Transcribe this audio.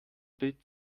bild